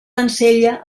ensella